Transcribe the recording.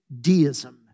deism